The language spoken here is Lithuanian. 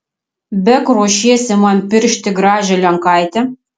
beg ruošiesi man piršti gražią lenkaitę